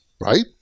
right